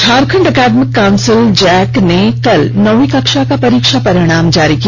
Jharkhand academic council JAC ने कल नौवीं कक्षा का परीक्षा परिणाम जारी किया